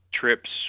trips